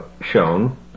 shown